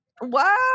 Wow